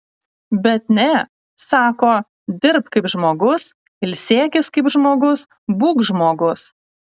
bet ne sako dirbk kaip žmogus ilsėkis kaip žmogus būk žmogus